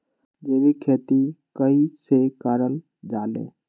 जैविक खेती कई से करल जाले?